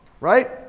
Right